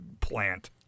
plant